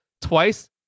twice